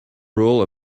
rule